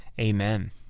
amen